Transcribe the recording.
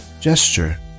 Gesture